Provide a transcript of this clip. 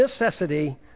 necessity